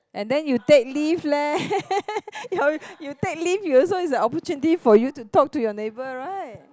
and then you take lift leh your you take lift you also is a opportunity for you to talk to your neighbour right